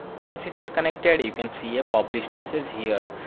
once it is connected, you can see a published message here.